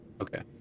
Okay